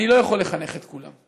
אני לא יכול לחנך את כולם,